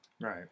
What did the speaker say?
right